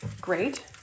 great